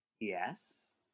Yes